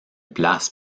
place